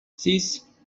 six